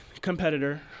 competitor